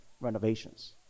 renovations